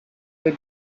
your